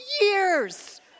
years